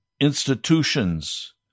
institutions